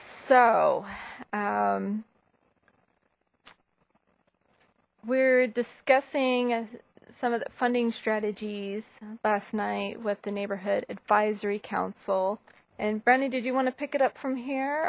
so we're discussing some of the funding strategies last night with the neighborhood advisory council and brandi did you want to pick it up from here